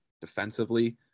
defensively